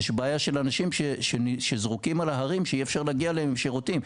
יש בעיה של אנשים שזרוקים על ההרים שאי אפשר להגיע אליהם עם שירותים.